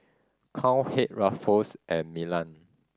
Cowhead Ruffles and Milan